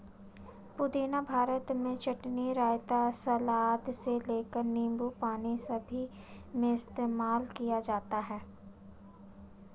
पुदीना भारत में चटनी, रायता, सलाद से लेकर नींबू पानी सभी में इस्तेमाल किया जाता है